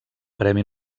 premi